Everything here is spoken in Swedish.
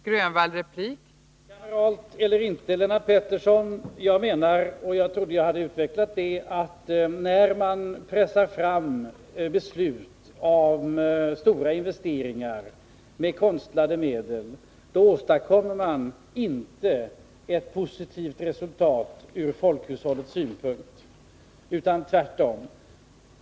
Fru talman! Kameralt eller inte, Lennart Pettersson — jag menar, och jag trodde att jag hade utvecklat det, att när man med konstlade medel pressar fram beslut om stora investeringar åstadkommer man inte ett positivt resultat från folkhushållets synpunkt, utan tvärtom.